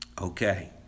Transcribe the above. Okay